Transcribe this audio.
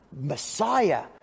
Messiah